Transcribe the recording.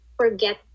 forget